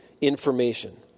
information